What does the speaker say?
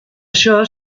això